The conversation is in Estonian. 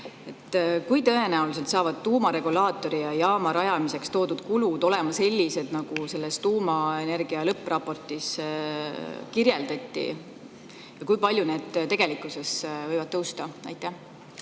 Kui tõenäoliselt saavad tuumaregulaatori ja ‑jaama rajamise kulud olema sellised, nagu selles tuumaenergia lõppraportis kirjeldati? Kui palju need tegelikkuses võivad tõusta? Aitäh!